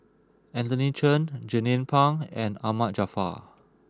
Anthony Chen Jernnine Pang and Ahmad Jaafar